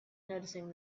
noticing